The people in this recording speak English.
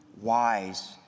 wise